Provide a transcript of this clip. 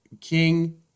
king